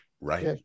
right